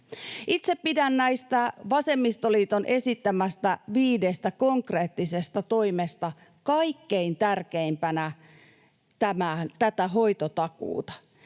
Itse pidän näistä vasemmistoliiton esittämistä viidestä konkreettisesta toimesta kaikkein tärkeimpänä tätä hoitotakuuta.